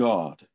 God